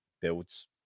builds